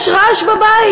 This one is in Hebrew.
יש רעש בבית?